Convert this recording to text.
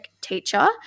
teacher